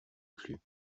plus